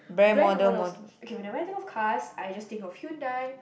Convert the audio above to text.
brand or models okay when I think of cars I just think of Hyundai